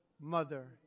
mother